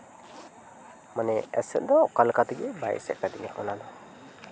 ᱢᱟᱱᱮ ᱮᱥᱮᱫ ᱫᱚ ᱚᱠᱟ ᱞᱮᱠᱟ ᱛᱮᱜᱮ ᱵᱟᱭ ᱮᱥᱮᱫ ᱟᱠᱟᱫᱤᱧᱟᱹ ᱚᱱᱟ ᱫᱚ